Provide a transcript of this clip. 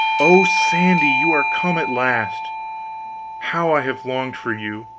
oh, sandy, you are come at last how i have longed for you!